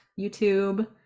YouTube